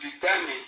determine